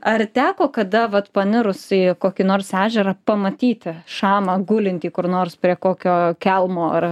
ar teko kada vat panirus į kokį nors ežerą pamatyti šamą gulintį kur nors prie kokio kelmo ar